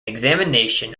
examination